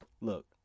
look